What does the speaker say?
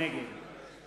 נגד